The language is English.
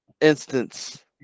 instance